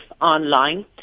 online